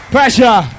Pressure